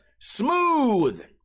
smooth